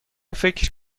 فکر